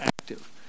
active